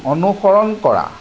অনুসৰণ কৰা